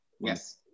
Yes